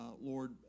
Lord